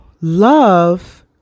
love